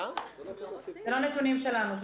אלה לא נתונים שלנו.